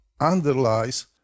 underlies